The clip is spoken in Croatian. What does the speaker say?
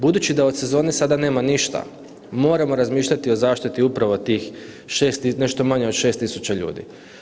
Budući da od sezone sada nema ništa, moramo razmišljati o zaštiti upravo tih, nešto manje od 6 tisuća ljudi.